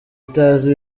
itazi